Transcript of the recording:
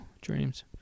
dreams